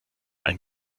ein